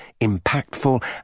impactful